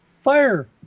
Fire